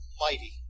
mighty